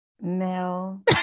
No